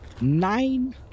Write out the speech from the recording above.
Nine